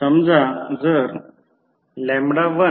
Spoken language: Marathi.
समजा जर12